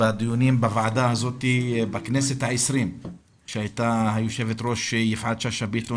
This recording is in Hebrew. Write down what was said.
בדיונים בוועדה הזאת בכנסת ה-20 כשהייתה יושבת הראש יפעת שאשא ביטון